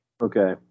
Okay